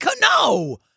No